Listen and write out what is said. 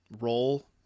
role